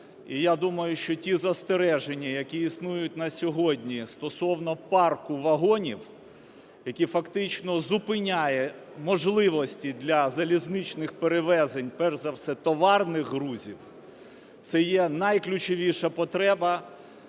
І я думаю, що ті застереження, які існують на сьогодні стосовно парку вагонів, які фактично зупиняє можливості для залізничних перевезень, перш за все товарних грузів, це є найключовіша потреба,